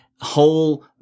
whole